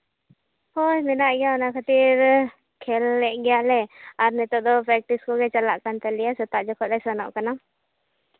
ᱦᱳᱭ ᱢᱮᱱᱟᱜ ᱜᱮᱭᱟ ᱚᱱᱟ ᱠᱷᱟᱹᱛᱤᱨ ᱠᱷᱮᱞ ᱞᱮᱜ ᱜᱮᱭᱟᱞᱮ ᱟᱨ ᱱᱤᱛᱚᱜ ᱫᱚ ᱯᱮᱠᱴᱤᱥ ᱠᱚᱜᱮ ᱪᱟᱞᱟᱜ ᱠᱟᱱ ᱛᱟᱞᱮᱭᱟ ᱥᱮᱛᱟᱜ ᱡᱚᱠᱷᱚᱱ ᱞᱮ ᱥᱮᱱᱚᱜ ᱠᱟᱱᱟ